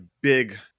big